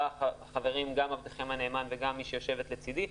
בה חברים גם עבדכם הנאמן וגם מי שיושבת לצדי,